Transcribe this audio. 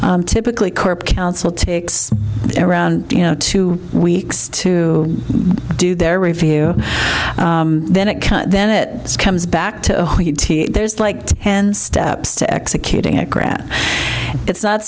typically corp council takes around you know two weeks to do their review then it can then it comes back to there's like ten steps to executing it grant it's not